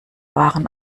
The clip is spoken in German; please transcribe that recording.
waren